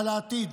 על העתיד.